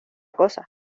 cosa